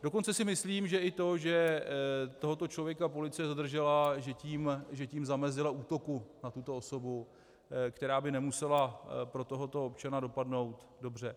Dokonce si myslím, že i to, že tohoto člověka policie zadržela, že tím zamezila útoku na tuto osobu, který by nemusel pro tohoto občana dopadnout dobře.